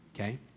okay